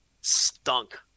Stunk